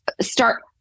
start